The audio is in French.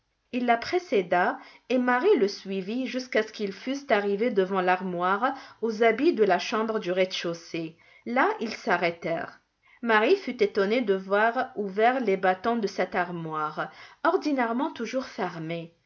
il la précéda et marie le suivit jusqu'à ce qu'ils fussent arrivés devant l'armoire aux habits de la chambre du rez-de-chaussée là ils s'arrêtèrent marie fut étonnée de voir ouverts les battants de cette armoire ordinairement toujours fermée